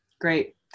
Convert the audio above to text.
Great